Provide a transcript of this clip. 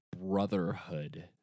brotherhood